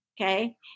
okay